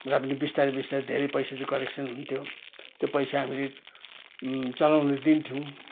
र पनि बिस्तारी बिस्तारी धेरै पैसा चाहिँ कलेक्सन हुन्थ्यो त्यो पैसा हामीले चलाउन दिन्थ्यौँ